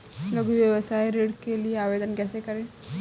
लघु व्यवसाय ऋण के लिए आवेदन कैसे करें?